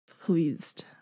pleased